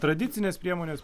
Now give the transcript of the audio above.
tradicinės priemonės